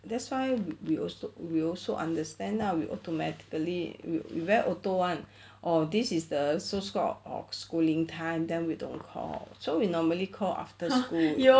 that's why we we also we also understand lah we automatically we very auto [one] or this is the so called of schooling time then we don't call so we normally call after school